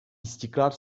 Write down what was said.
istikrar